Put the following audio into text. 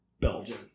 Belgian